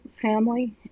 family